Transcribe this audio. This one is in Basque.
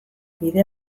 bide